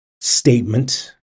statement